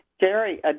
Jerry